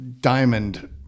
diamond